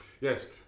yes